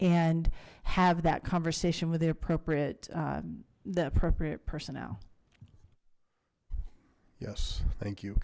and have that conversation with the appropriate the appropriate personnel yes thank you